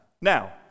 Now